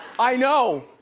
i know!